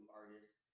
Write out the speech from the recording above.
artists